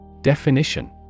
Definition